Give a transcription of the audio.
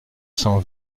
cent